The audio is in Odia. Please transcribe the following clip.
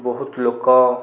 ବହୁତ ଲୋକ